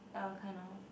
ya kind of